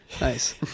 Nice